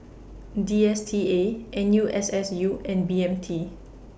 D S T A N U S S U and B M T